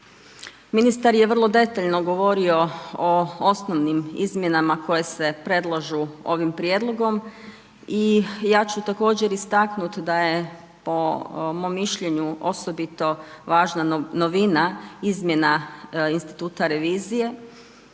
Ministar je vrlo detaljno govorio o osnovnim izmjenama koje se predlažu ovim prijedlogom i ja ću također istaknuti da je o mom mišljenju osobito važna novina izmjena instituta revizije